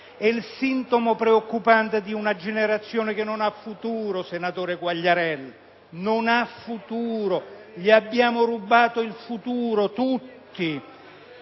È il sintomo preoccupante di una generazione che non ha futuro, senatore Quagliariello: non ha futuro, le abbiamo rubato il futuro, tutti.